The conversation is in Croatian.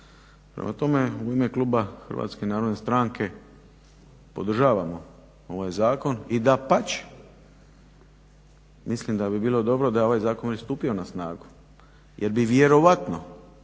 Prema tome u ime kluba Hrvatske narodne stranke, podržavamo ovaj zakon i dapače mislim da bi bilo dobro da je ovaj zakon i stupio na snagu, jer bi vjerovatno